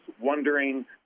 wondering